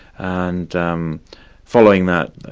and um following that,